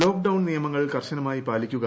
lockdown നിയമങ്ങൾ കർശനമായി പാലിക്കുക